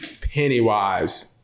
Pennywise